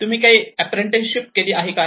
तुम्ही काही अँप्रेन्टीसशिप केली आहे काय